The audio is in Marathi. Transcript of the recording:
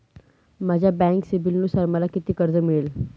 माझ्या बँक सिबिलनुसार मला किती कर्ज मिळेल?